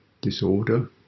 disorder